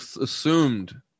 assumed